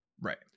Right